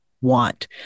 want